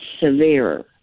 severe